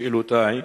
שאלותי: